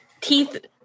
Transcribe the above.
teeth